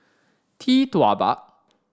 Tee Tua Ba